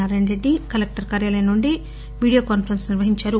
Narayana Reddy collector కార్యాలయం నుండి video conference నిర్వహించారు